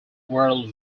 world